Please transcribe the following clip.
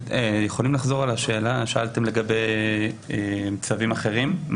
אתם יכולים לחזור על השאלה לגבי צווים במקומות אחרים?